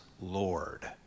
Lord